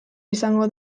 izango